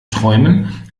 träumen